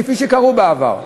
כפי שקרה בעבר.